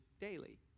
daily